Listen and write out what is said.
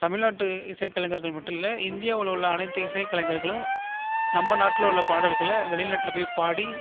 தமிழ்நாட்டு இசை கலைஞர்கள் மட்டும் இல்லை இந்தியாவில் உள்ள அனைத்து இசைக்கலைஞர்களும் நம்ப நாட்டில் உள்ள பாடல்களை வெளிநாட்டில் போய் பாடி